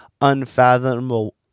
unfathomable